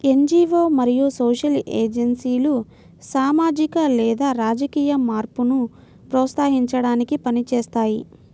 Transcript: NGO మరియు social ఏజెన్సీలు సామాజిక లేదా రాజకీయ మార్పును ప్రోత్సహించడానికి పని చేస్తాయి